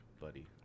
buddy